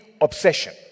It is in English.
obsession